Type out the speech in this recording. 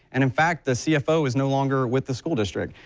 and in fact the ceo is no longer with the school district.